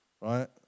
right